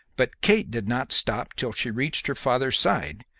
but kate did not stop till she reached her father's side,